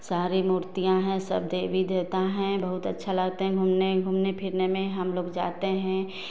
सारी मूर्तियाँ हैं सब देवी देवता हैं बहुत अच्छा लगता है घूमने घूमने फिरने में हमलोग जाते हैं